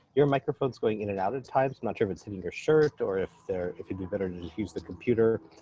your microphone's going in and out at times. not sure if it's hitting your shirt or if they're if you'd be better to use the computer.